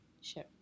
Sure